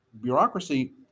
bureaucracy